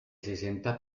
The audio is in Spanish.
sesenta